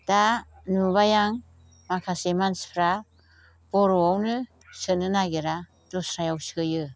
दा नुबाय आं माखासे मानसिफ्रा बर'आवनो सोनो नागिरा दस्रायाव सोयो